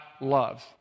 loves